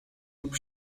lub